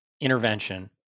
intervention